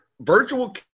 virtual